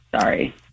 Sorry